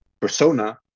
persona